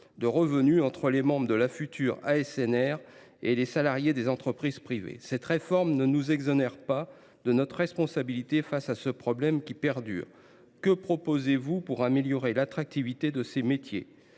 de revenus entre les membres de la future ASNR et les salariés des entreprises privées. Cette réforme ne nous exonère pas de notre responsabilité face à ce problème qui perdure. Que proposez vous, monsieur le ministre, pour améliorer l’attractivité de ces métiers ?